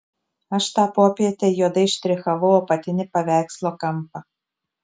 aš tą popietę juodai štrichavau apatinį paveikslo kampą